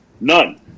None